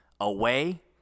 away